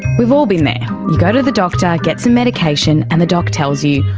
we've all been there you go to the doctor, get some medication and the doc tells you,